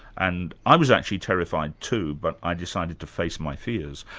and i was actually terrified too, but i decided to face my fears.